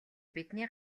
бидний